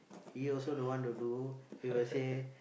he also don't want to do he will say